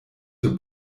für